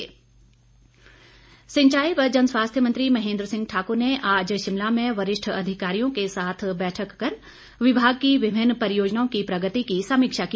महेन्द्र सिंह सिंचाई व जनस्वास्थ्य मंत्री महेन्द्र सिंह ठाकुर ने आज शिमला में वरिष्ठ अधिकारियों के साथ बैठक कर विभाग की विभिन्न परियोजनाओं की प्रगति की समीक्षा की